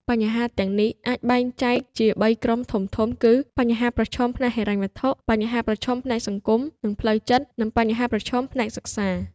បញ្ហាទាំងនេះអាចបែងចែកជាបីក្រុមធំៗគឺ បញ្ហាប្រឈមផ្នែកហិរញ្ញវត្ថុ បញ្ហាប្រឈមផ្នែកសង្គម និងផ្លូវចិត្ត និងបញ្ហាប្រឈមផ្នែកសិក្សា។